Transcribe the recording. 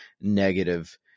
negative